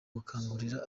gukangurira